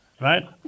Right